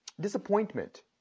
Disappointment